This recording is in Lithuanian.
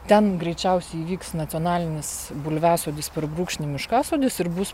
ten greičiausiai vyks nacionalinis bulviasodis per brūkšnį miškasodis ir bus